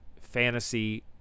fantasy